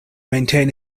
maintain